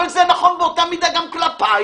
אבל זה נכון באותה מידה גם כלפייך